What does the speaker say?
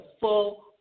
full